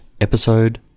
episode